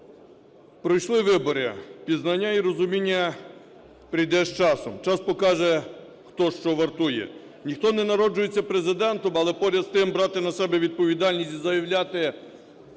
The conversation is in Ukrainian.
Пройшли вибори. Пізнання і розуміння прийде з часом. Час покаже, хто що вартує. Ніхто не народжується Президентом, але поряд з тим брати на себе відповідальність і заявляти,